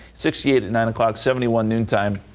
sixty eight nine o'clock seventy one noontime.